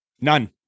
None